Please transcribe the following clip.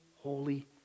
holy